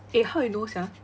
eh how you know sia